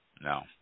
No